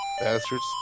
bastards